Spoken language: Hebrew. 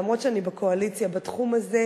למרות שאני בקואליציה בתחום הזה,